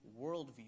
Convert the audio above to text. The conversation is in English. worldview